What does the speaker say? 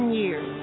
years